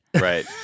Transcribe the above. Right